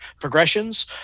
progressions